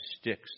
sticks